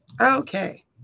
Okay